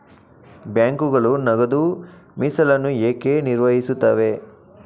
ಬ್ಯಾಂಕುಗಳು ನಗದು ಮೀಸಲನ್ನು ಏಕೆ ನಿರ್ವಹಿಸುತ್ತವೆ?